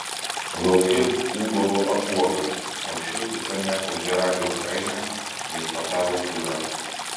lauke ūbavo apuokas o šiaip visame ožiaragio kaime viešpatavo tyla